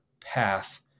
path